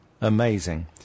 Amazing